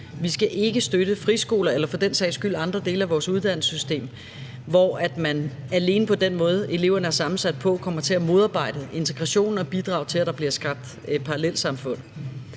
Vi skal ikke støtte friskoler eller for den sags skyld andre dele af vores uddannelsessystem, hvor man alene på den måde, eleverne er sammensat på, kommer til at modarbejde integrationen og bidrage til, at der bliver skabt parallelsamfund.